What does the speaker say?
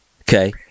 okay